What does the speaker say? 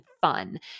fun